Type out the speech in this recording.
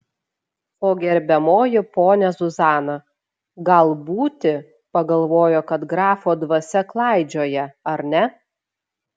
o gerbiamoji ponia zuzana gal būti pagalvojo kad grafo dvasia klaidžioja ar ne